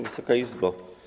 Wysoka Izbo!